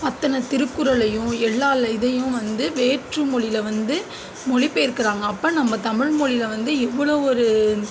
அத்தனை திருக்குறளையும் எல்லா லே இதையும் வந்து வேற்று மொழியில் வந்து மொழிப்பெயர்க்கிறாங்க அப்போ நம் தமிழ்மொழியில் வந்து இவ்வளோ ஒரு